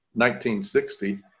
1960